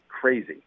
crazy